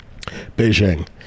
Beijing